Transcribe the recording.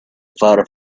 far